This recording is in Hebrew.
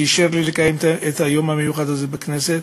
שאישר לי לקיים את היום המיוחד הזה בכנסת.